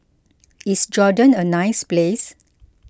is Jordan a nice place